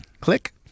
Click